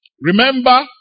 Remember